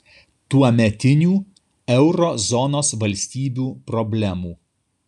tuometinių euro zonos valstybių problemų